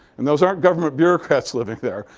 and those aren't government bureaucrats living there.